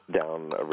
down